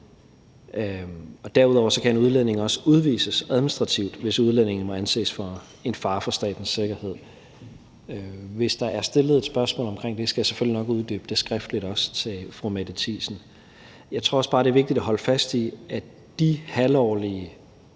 derudover kan en udlænding også udvises administrativt, hvis udlændingen må anses for at være en fare for statens sikkerhed. Hvis der er stillet et spørgsmål om det, skal jeg selvfølgelig nok også uddybe det skriftligt til fru Mette Thiesen. Jeg tror også bare, det er vigtigt at holde fast i, at de halvårlige